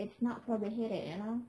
it's not prohibited you know